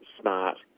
smart